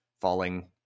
falling